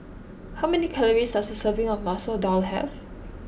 how many calories does a serving of Masoor Dal have